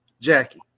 Jackie